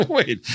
Wait